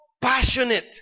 passionate